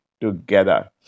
together